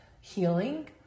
healing